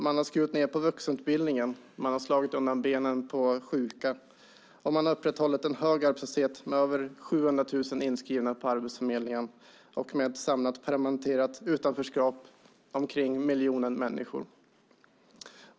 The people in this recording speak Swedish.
Man har skurit ned på vuxenutbildningen, man har slagit undan benen på sjuka och man har upprätthållit en hög arbetslöshet med över 700 000 inskrivna vid arbetsförmedlingar med ett samlat permanentat utanförskap för omkring en miljon människor.